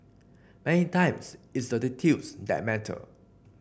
many times it's the details that matter